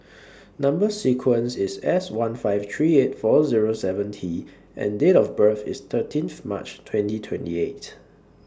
Number sequence IS S one five three eight four Zero seven T and Date of birth IS thirteen March twenty twenty eight